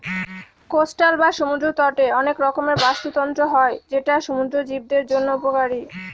coastal বা সমুদ্র তটে অনেক রকমের বাস্তুতন্ত্র হয় যেটা সমুদ্র জীবদের জন্য উপকারী